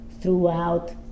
throughout